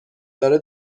داره